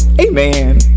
Amen